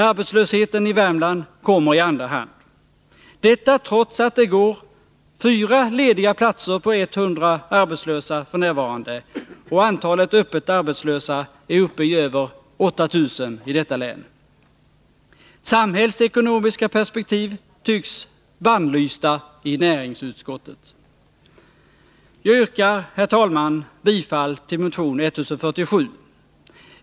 Arbetslösheten i Värmland kommer i andra hand, detta trots att det f. n. går fyra lediga platser på 100 arbetslösa och antalet öppet arbetslösa är uppe i över 8000 i länet. Samhällsekonomiska perspektiv tycks vara bannlysta i näringsutskottet. Jag yrkar, herr talman, bifall till motion 1047.